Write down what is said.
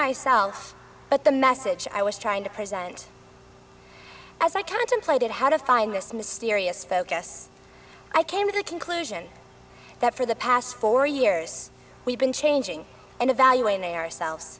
myself but the message i was trying to present as i contemplated how to find this mysterious focus i came to the conclusion that for the past four years we've been changing and evaluating their selves